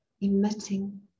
emitting